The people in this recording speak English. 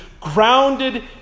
grounded